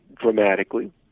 dramatically